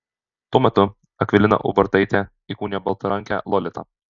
tuo metu akvilina ubartaitė įkūnijo baltarankę lolitą